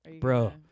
bro